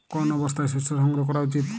কোন অবস্থায় শস্য সংগ্রহ করা উচিৎ?